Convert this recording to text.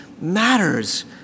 matters